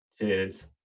Cheers